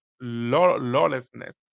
lawlessness